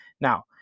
Now